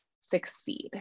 succeed